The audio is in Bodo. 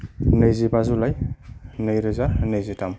नैजिबा जुलाइ नैरोजा नैजिथाम